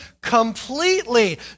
completely